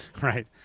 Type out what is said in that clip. Right